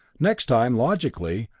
next time, logically,